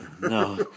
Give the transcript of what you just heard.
No